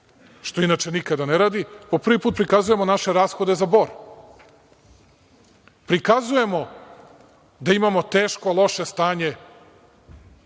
što inače nikada ne radi, prikazujemo naše rashode za „Bor“. Prikazujemo da imamo teško i loše stanje,